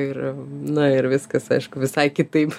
ir na ir viskas aišku visai kitaip